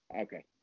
Okay